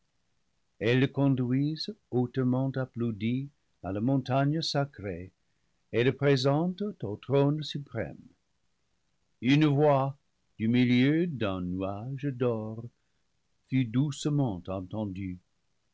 elles le conduisent haute ment applaudi à la montagne sacrée et le présentent au trône suprême une voix du milieu d'un nuage d'or fut douce ment entendue